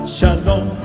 Shalom